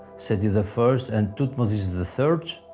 seti the first and thutmose and the third,